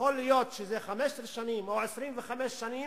יכול להיות שזה 15 שנים או 25 שנים,